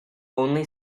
only